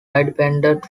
independent